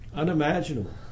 unimaginable